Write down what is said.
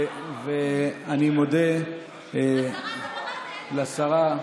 אני מודה לשרה.